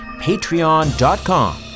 patreon.com